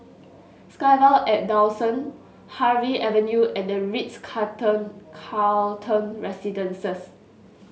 SkyVille at Dawson Harvey Avenue and The Ritz Carlton Carlton Residences